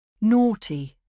Naughty